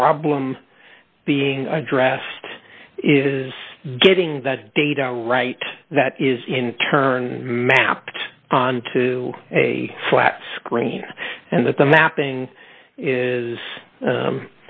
problem being addressed is getting that data right that is in turn mapped onto a flat screen and that the mapping is